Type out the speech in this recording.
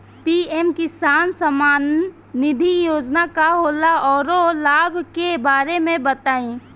PM किसान सम्मान निधि योजना का होला औरो लाभ के बारे में बताई?